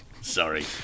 Sorry